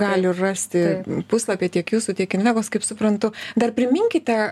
gali rasti puslapiai tiek jūsų tiek invegos kaip suprantu dar priminkite